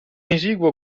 esiguo